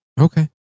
Okay